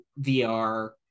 VR